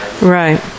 Right